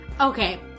Okay